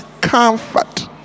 comfort